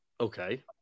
Okay